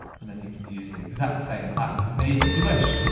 and then you can use the exact same packs as me if you wish.